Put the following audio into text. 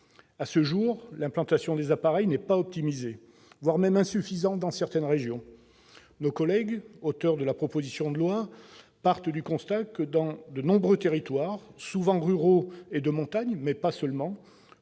À ce jour, l'implantation des appareils n'est pas optimisée ; elle est même insuffisante dans certaines régions. Nos collègues, auteurs de la présente proposition de loi, partent du constat que dans de nombreux territoires, souvent ruraux et de montagne, mais pas seulement,